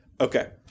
okay